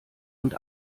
und